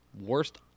worst